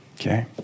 okay